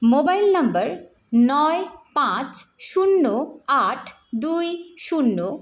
mobile number নয় পাঁচ শূন্য আট দুই শূন্য